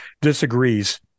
disagrees